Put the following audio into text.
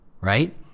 right